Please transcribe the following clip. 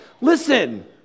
Listen